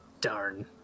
darn